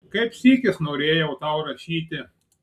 kaip sykis norėjau tau rašyti